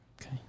Okay